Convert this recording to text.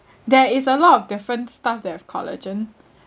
there is a lot of different stuff there with collagen